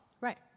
Right